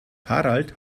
harald